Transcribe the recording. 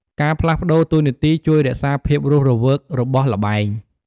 ការផ្លាស់ប្តូរតួនាទីជួយរក្សាភាពរស់រវើករបស់ល្បែង។